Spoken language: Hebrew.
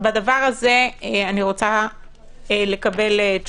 אני רוצה לקבל על כך תשובות.